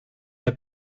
der